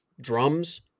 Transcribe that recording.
drums